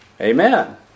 Amen